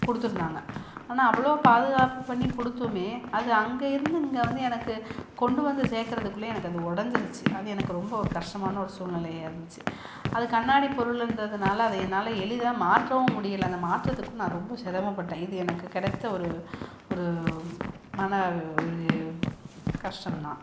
கொடுத்துருந்தாங்க ஆனால் அவ்வளோ பாதுகாப்பு பண்ணிக் கொடுத்துமே அது அங்கே இருந்து இங்கே வந்து எனக்கு கொண்டு வந்து சேர்க்கறதுக்குள்ளே எனக்கு அது உடஞ்சிருச்சி அது எனக்கு ரொம்ப கஷ்டமான ஒரு சூழ்நெலையா இருந்துச்சு அது கண்ணாடி பொருளுன்றதுனால் அதை என்னால் எளிதாக மாற்றவும் முடியல அதை மாற்றதுக்கும் நான் ரொம்ப சிரமப்பட்டேன் இது எனக்கு கிடைத்த ஒரு ஒரு மன கஷ்டம் தான்